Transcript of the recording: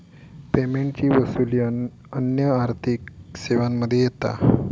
पेमेंटची वसूली अन्य आर्थिक सेवांमध्ये येता